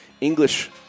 English